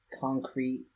concrete